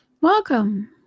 Welcome